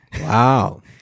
Wow